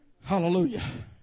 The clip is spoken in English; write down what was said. Hallelujah